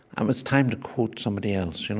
um it's time to quote somebody else. and